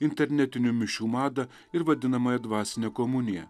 internetinių mišių madą ir vadinamąją dvasinę komuniją